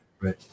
right